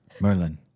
Merlin